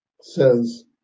says